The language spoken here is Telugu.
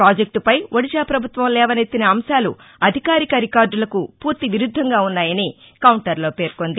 ప్రాజెక్టుపై ఒడిశా ప్రభుత్వం లేవనెత్తిన అంశాలు అధికారిక రికార్డులకు పూర్తి విరుద్దంగా ఉన్నాయని కౌంటర్లో పేర్కొంది